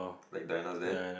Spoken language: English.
like Diana that